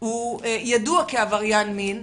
ידוע כעבריין מין,